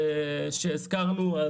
שהזכרנו.